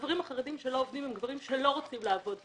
הגברים החרדים שלא עובדים הם גברים שלא רוצים לעבוד.